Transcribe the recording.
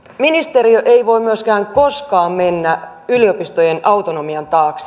ministeriö ei voi myöskään koskaan mennä yliopistojen autonomian taakse